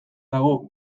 dago